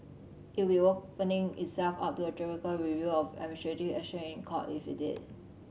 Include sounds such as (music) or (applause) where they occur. it would be opening itself up to a judicial review of (unintelligible) action in Court if it did